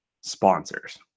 sponsors